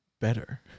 better